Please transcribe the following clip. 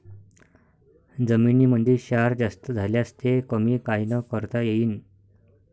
जमीनीमंदी क्षार जास्त झाल्यास ते कमी कायनं करता येईन?